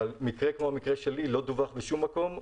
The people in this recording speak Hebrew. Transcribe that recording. אבל מקרה כמו המקרה שלי לא דווח בשום מקום.